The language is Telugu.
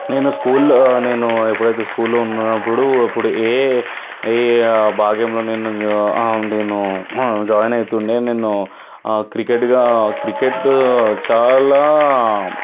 నేను స్కూల్లో నేను ఎప్పుడైతే స్కూల్లో ఉన్నప్పుడు అప్పుడు ఏ నేను జాయిన్ అవుతుందే నేను ఆ క్రికెట్గా క్రికెట్ చాలా